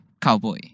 cowboy